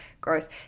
gross